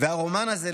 והרומן הזה,